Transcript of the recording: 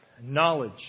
Knowledge